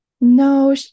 No